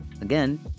again